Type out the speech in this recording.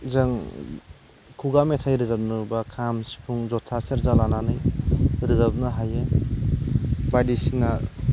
जों खुगा मेथाइ रोजाबनोब्ला खाम सिफुं जथा सेरजा लानानै रोजाबनो हायो बायदिसिना